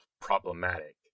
problematic